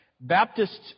Baptists